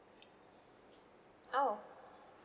oh